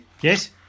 Yes